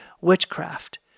witchcraft